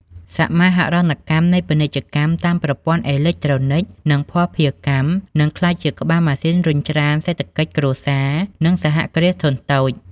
សមាហរណកម្មនៃពាណិជ្ជកម្មតាមប្រព័ន្ធអេឡិចត្រូនិក និងភស្តុភារកម្ម នឹងក្លាយជាក្បាលម៉ាស៊ីនរុញច្រានសេដ្ឋកិច្ចគ្រួសារ និងសហគ្រាសធុនតូច។